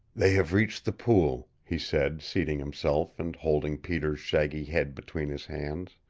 they have reached the pool, he said, seating himself and holding peter's shaggy head between his hands.